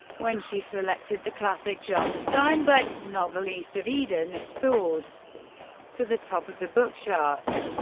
when she selected the classic john steinbeck novel east of eden, it soared to the top of the book charts.